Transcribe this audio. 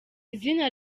izina